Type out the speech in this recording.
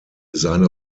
seine